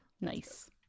Nice